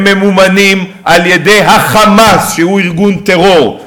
הם ממומנים על-ידי ה"חמאס" שהוא ארגון טרור,